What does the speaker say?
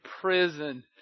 prison